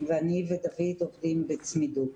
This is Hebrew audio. ואני ודויד עובדים בצמידות.